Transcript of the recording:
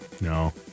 No